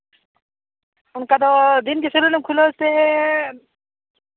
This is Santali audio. ᱚᱱᱠᱟ ᱫᱚ ᱫᱤᱱᱜᱮ ᱥᱮᱞᱩᱱ ᱮᱢ ᱠᱷᱩᱞᱟᱹᱣ ᱟᱥᱮ